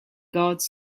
guards